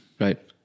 Right